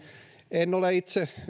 en ole itse